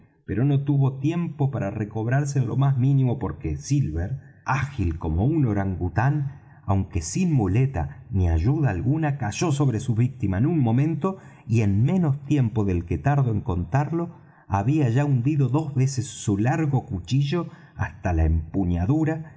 pero no tuvo tiempo para recobrarse en lo más mínimo porque silver ágil como un orangután aunque sin muleta ni ayuda alguna cayó sobre su víctima en un momento y en menos tiempo del que tardo en contarlo había ya hundido dos veces su largo cuchillo hasta la empuñadura